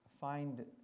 find